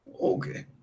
Okay